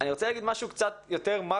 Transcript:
אני רוצה להגיד משהו שהוא יותר במאקרו,